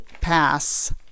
pass